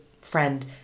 friend